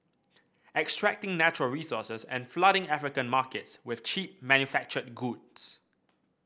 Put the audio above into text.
extracting natural resources and flooding African markets with cheap manufactured goods